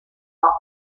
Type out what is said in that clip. are